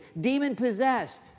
demon-possessed